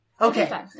Okay